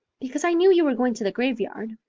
because i knew you were going to the graveyard,